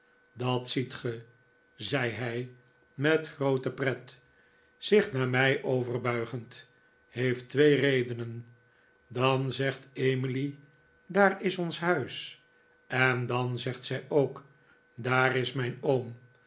dat ziet ge zei hij met groote pret zich naar mij overbuigend heeft twee redenen dan zegt emily daar is ons huis en dan zegt zij ook daar is mijn oom